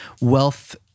wealth